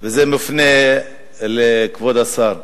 אדוני היושב-ראש, מכובדי השר,